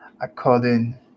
According